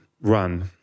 run